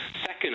second